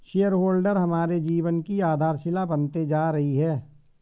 share holder हमारे जीवन की आधारशिला बनते जा रही है